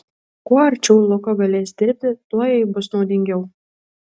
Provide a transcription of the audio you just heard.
kuo arčiau luko galės dirbti tuo jai bus naudingiau